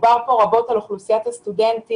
דובר פה רבות על אוכלוסיית הסטודנטים